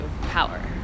power